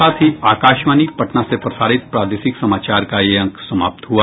इसके साथ ही आकाशवाणी पटना से प्रसारित प्रादेशिक समाचार का ये अंक समाप्त हुआ